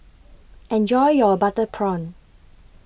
Enjoy your Butter Prawn